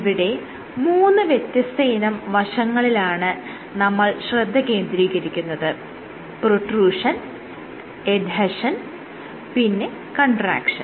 ഇവിടെ മൂന്ന് വ്യത്യസ്തയിനം വശങ്ങളിലാണ് നമ്മൾ ശ്രദ്ധ കേന്ദ്രീകരിക്കുന്നത് പ്രൊട്രൂഷൻ എഡ്ഹെഷൻ പിന്നെ കൺട്രാക്ഷൻ